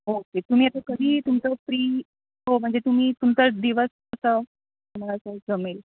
okay तुम्ही आता कधी तुमचं फ्री हो म्हणजे तुम्ही तुमचं दिवस कसं तुम्हाला असं जमेल